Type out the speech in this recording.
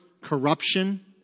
corruption